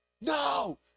No